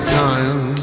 time